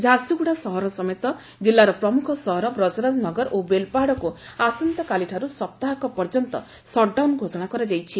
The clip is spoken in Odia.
ଝାରସୁଗୁଡା ସହର ସମେତ ଜିଲ୍ଲାର ପ୍ରମୁଖ ସହର ବ୍ରଜରାଜନଗର ଓ ବେଲପାହାଡକୁ ଆସନ୍ତାକାଲିଠାରୁ ସପ୍ତାହକ ପର୍ଯ୍ୟନ୍ତ ସଟ୍ଡାଉନ୍ ଘୋଷଣା କରାଯାଇଛି